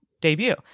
debut